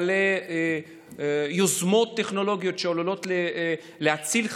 מלא יוזמות טכנולוגיות שעשויות להציל חיים,